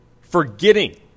forgetting